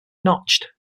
notched